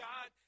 God